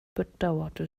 bedauerte